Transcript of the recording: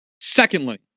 Secondly